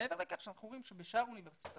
ומעבר לכך שאנחנו רואים שבשאר האוניברסיטאות